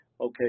okay